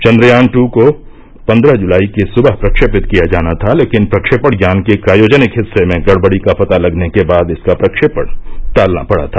चन्द्रयान दू को पंद्रह जुलाई की सुबह फ्रक्षेपित किया जाना था लेकिन प्रक्षेपण यान के क्रायोजेनिक हिस्से में गड़बड़ी का पता लगने के बाद इसका प्रक्षेपण टालना पड़ा था